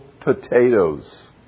potatoes